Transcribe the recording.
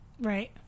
right